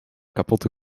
kapotte